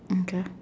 mm K